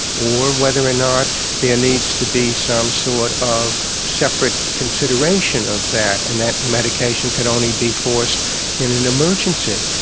or whether or not there needs to be some sort of separate consideration of that and that medication can only be forced in an emergency.